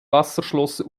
wasserschloss